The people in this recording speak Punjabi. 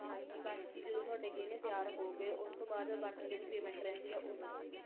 ਹਾਂਜੀ ਬਾਕੀ ਜਦੋਂ ਥੋਡੇ ਗਹਿਣੇ ਤਿਆਰ ਹੋ ਗੇ ਉਸ ਤੋਂ ਬਾਅਦ ਬਾਕੀ ਜਿਹੜੀ ਪੇਮੈਂਟ ਰਹਿੰਦੀ ਐ ਉਹ